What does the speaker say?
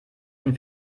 denn